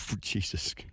Jesus